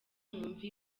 mwumva